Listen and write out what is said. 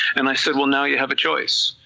and i said well now you have a choice,